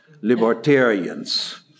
libertarians